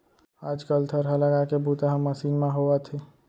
आज कल थरहा लगाए के बूता ह मसीन म होवथे